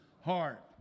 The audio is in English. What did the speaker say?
heart